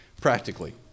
practically